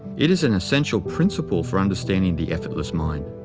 it is an essential principle for understanding the effortless mind.